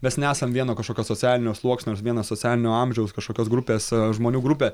mes nesam vieno kažkokio socialinio sluoksnio vieno socialinio amžiaus kažkokios grupės žmonių grupė